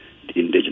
indigenous